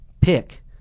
pick